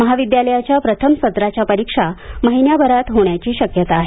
महाविद्यालयाच्या प्रथम सत्राच्या परीक्षा महिनाभरात होण्याची शक्यता आहे